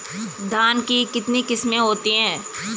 धान की कितनी किस्में होती हैं?